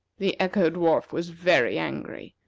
the echo-dwarf was very angry.